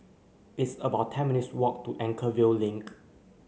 it's about ten minutes' walk to Anchorvale Link